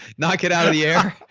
knock it out of the air.